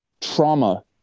trauma